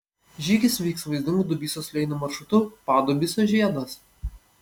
žygis vyks vaizdingu dubysos slėniu maršrutu padubysio žiedas